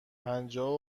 پنجاه